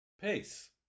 peace